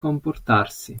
comportarsi